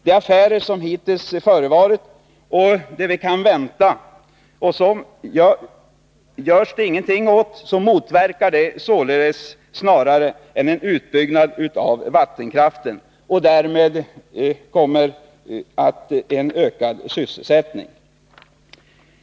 De affärer som hittills har förevarit och de som vi kan vänta om inget görs nu motverkar således snarare en utbyggnad av vattenkraft och därmed en ökad sysselsättning.